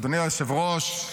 אדוני היושב-ראש,